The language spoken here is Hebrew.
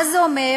מה זה אומר?